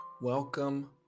Welcome